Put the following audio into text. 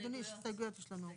רגע, רגע, אדוני, הסתייגויות יש לנו.